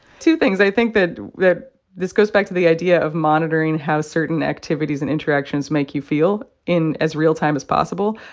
two things i think that this goes back to the idea of monitoring how certain activities and interactions make you feel in as real time as possible.